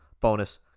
bonus